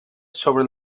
sobre